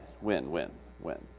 Win-win-win